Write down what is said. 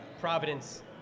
Providence